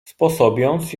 sposobiąc